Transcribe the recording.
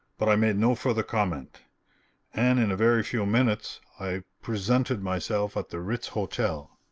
but i made no further comment and in a very few minutes i presented myself at the ritz hotel.